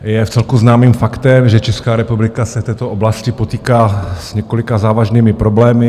Je vcelku známým faktem, že Česká republika se v této oblasti potýká s několika závažnými problémy.